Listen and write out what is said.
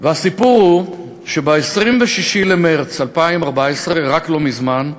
והסיפור הוא שב-26 במרס 2014, רק לא מזמן,